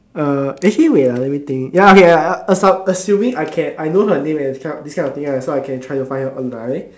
uh actually wait ah let me think ya okay assuming I know her name and everything so I can try to find her online